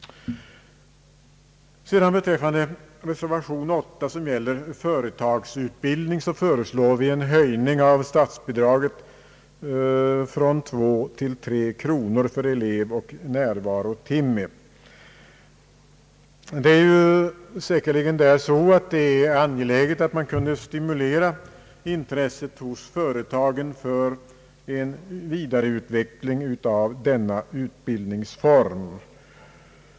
I reservation 8, som gäller företagsutbildning, föreslår vi en höjning av statsbidraget från två till tre kronor för elev och närvarotimme. Det är säkerligen angeläget att kunna stimulera intresset hos företagen för en vidareutveckling av denna utbildningsform.